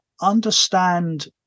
understand